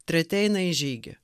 treti eina į žygį